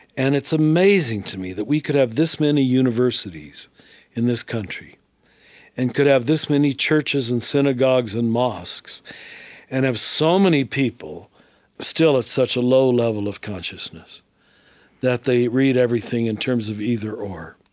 and it's amazing to me that we could have this many universities in this country and could have this many churches and synagogues and mosques and have so many people still at such a low level of consciousness that they read everything everything in terms of either or.